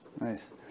Nice